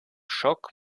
schock